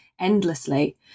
endlessly